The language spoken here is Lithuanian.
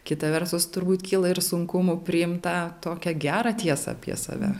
kita vertus turbūt kyla ir sunkumų priimt tą tokia gerą tiesą apie save